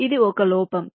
ఇది ఒక లోపం